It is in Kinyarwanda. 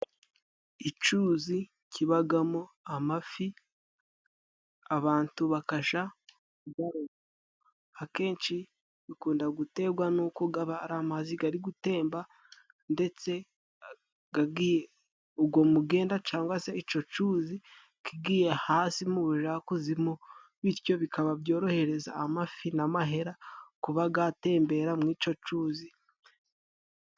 Icuzi kibagamo amafi abatu bakaja baroba. Akenshi bikunda gutegwa n'uko aba ari amazi gari gutemba ndetse ugo mugenda cangwa se ico cyuzi kigiye hasi mu bujakuzimu, bityo bikaba byorohereza amafi n'amahera kuba gatembera mw'ico cyuzi.